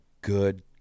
good